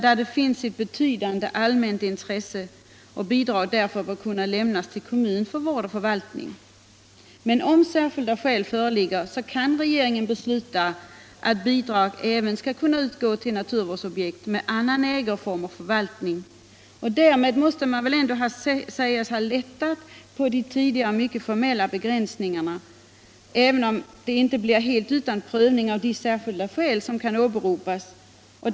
Där det finns ett betydande allmänt intresse bör bidrag kunna lämnas till kommun för vård och förvaltning. Men sm särskilda skäl föreligger, kan regeringen besluta att bidrag även skall kunna utgå till naturvårdsobjekt med annan ägoform och förvaltning. Därmed måste regeringen sägas ha lättat de tidigare mycket restriktiva reglerna, även om det blir viss prövning av de särskilda skäl som kan åberopas.